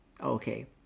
Okay